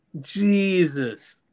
Jesus